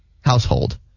household